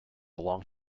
long